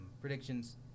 predictions